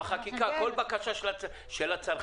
בחקיקה, כל בקשה של הצרכן,